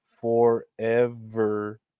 forever